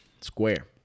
Square